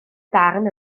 darn